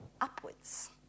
upwards